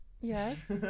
yes